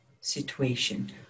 situation